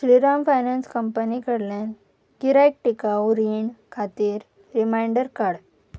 Shriram finance company कडल्यान किरायक टिकाऊ रीण खातीर रिमांयडर काड